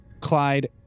Clyde